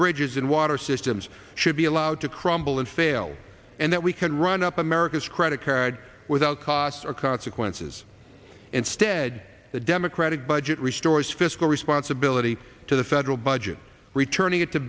bridges and water systems should be allowed to crumble and fail and that we can run up america's credit card without cost or consequences instead the democratic budget restores fiscal responsibility to the federal budget returning it to